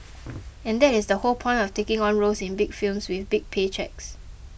and that is the whole point of taking on roles in big films with big pay cheques